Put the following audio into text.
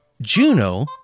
Juno